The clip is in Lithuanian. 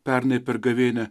pernai per gavėnią